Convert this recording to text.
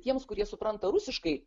tiems kurie supranta rusiškai